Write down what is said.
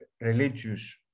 religious